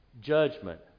judgment